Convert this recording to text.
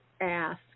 ask